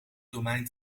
domein